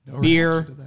beer